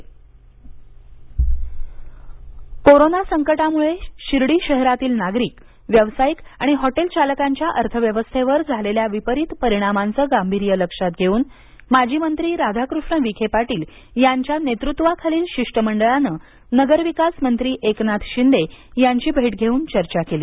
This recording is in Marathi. अहमद नगर करमाफी कोरोना संकटामुळे शिर्डी शहरातील नागरीक व्यवसायीक आणि हॉटेल चालकांच्या अर्थव्यवस्थेवर झालेल्या विपरीत परिणामांचं गांभिर्य लक्षात घेवून माजीमंत्री राधाकृष्ण विखे पाटील यांच्या नेतृत्वाखालील शिष्टमंडळानं नगरविकास मंत्री एकनाथ शिंदे यांची भेट घेऊन चर्चा केली